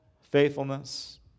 faithfulness